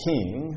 King